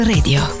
Radio